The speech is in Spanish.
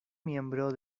miembro